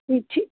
ٹھیٖک